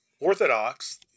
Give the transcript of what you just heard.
Orthodox